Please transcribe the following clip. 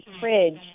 fridge